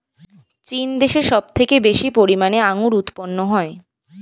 চীন দেশে সব থেকে বেশি পরিমাণে আঙ্গুর উৎপন্ন হয়